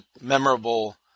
memorable